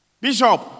Bishop